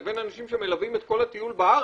לבין אנשים שמלווים את כל הטיול בארץ,